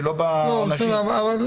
ולא בעונשים.